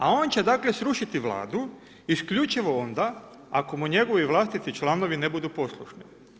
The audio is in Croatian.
A on će dakle srušiti Vladu, isključivo onda ako mu njegovi vlasnici, članovi ne budu poslušni.